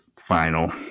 final